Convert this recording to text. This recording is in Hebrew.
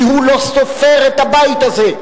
כי הוא לא סופר את הבית הזה.